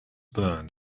burned